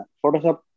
photoshop